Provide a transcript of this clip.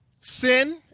Sin